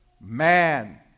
man